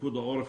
פיקוד העורף,